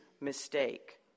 mistake